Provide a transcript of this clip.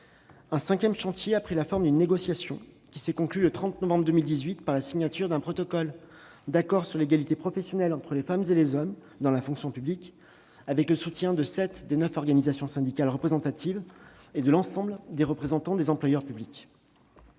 Un cinquième chantier a pris la forme d'une négociation, qui s'est conclue le 30 novembre 2018 par la signature d'un protocole d'accord sur l'égalité professionnelle entre les femmes et les hommes dans la fonction publique, avec le soutien de sept des neuf organisations syndicales représentatives et de l'ensemble des représentants des employeurs publics.